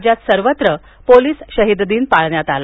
राज्यात सर्वत्र पोलीस शहिद दिवस पाळण्यात आला